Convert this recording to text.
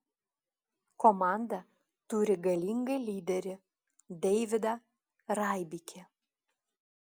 komanda turi galingą lyderį deividą raibikį